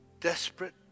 desperate